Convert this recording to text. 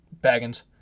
Baggins